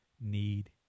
need